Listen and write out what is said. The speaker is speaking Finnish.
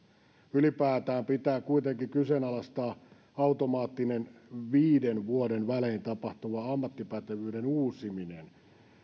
ylipäätään pitää kuitenkin kyseenalaistaa automaattinen viiden vuoden välein tapahtuva ammattipätevyyden uusiminen tullaanko